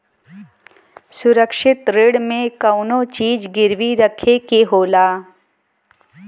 सुरक्षित ऋण में कउनो चीज गिरवी रखे के होला